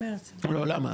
למה?